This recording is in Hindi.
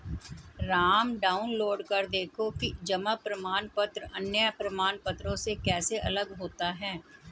राम डाउनलोड कर देखो कि जमा प्रमाण पत्र अन्य प्रमाण पत्रों से कैसे अलग होता है?